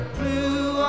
blue